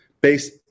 based